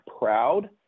proud